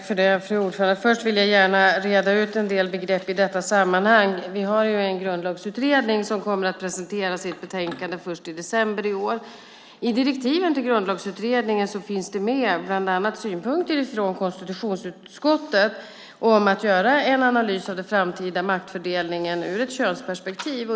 Fru talman! Först vill jag gärna reda ut en del begrepp i detta sammanhang. Vi har en grundlagsutredning som kommer att presentera sitt betänkande i december i år. I direktiven till Grundlagsutredningen finns bland annat synpunkten med från konstitutionsutskottet att en analys bör göras av den framtida maktfördelningen ur ett könsperspektiv.